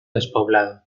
despoblado